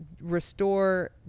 restore